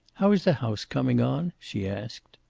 how is the house coming on? she asked.